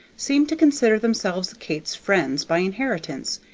seemed to consider themselves kate's friends by inheritance,